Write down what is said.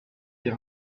les